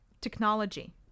technology